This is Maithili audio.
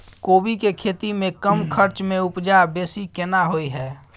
कोबी के खेती में कम खर्च में उपजा बेसी केना होय है?